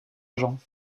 agent